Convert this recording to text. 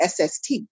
SST